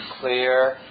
clear